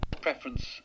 preference